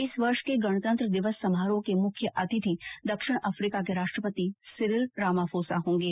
इस वर्ष के गणतंत्र दिवस समारोह के मुख्य अतिथि दक्षिण अफ्रीका के राष्ट्रपति सिरिल रामाफोसा होंगे